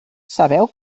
sabeu